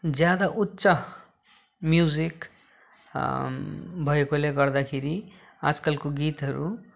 ज्यादा उच्च म्युजिक भएकोले गर्दाखेरि आजकलको गीतहरू